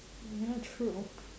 ya true